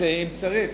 אם צריך.